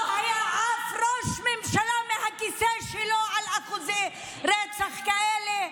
לא היה עף ראש הממשלה מהכיסא שלו על אחוזי רצח כאלה?